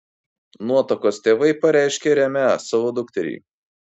nuotakos tėvai pareiškė remią savo dukterį